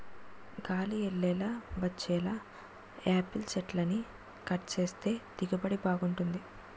గాలి యెల్లేలా వచ్చేలా యాపిల్ సెట్లని కట్ సేత్తే దిగుబడి బాగుంటది